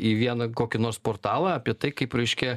į vieną kokį nors portalą apie tai kaip reiškia